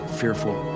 fearful